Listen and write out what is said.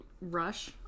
Rush